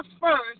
first